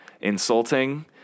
insulting